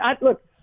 Look